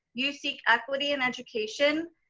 you seek equity in education?